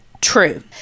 True